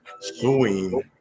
suing